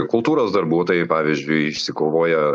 kultūros darbuotojai pavyzdžiui išsikovoja